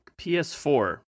PS4